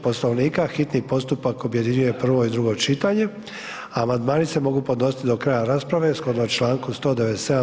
Poslovnika hitni postupak objedinjuje prvo i drugo čitanje, a amandmani se mogu podnositi do kraju rasprave shodno čl. 197.